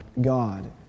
God